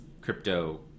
crypto